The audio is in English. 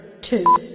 two